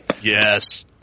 Yes